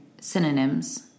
synonyms